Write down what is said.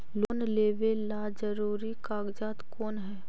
Loan लेब ला जरूरी कागजात कोन है?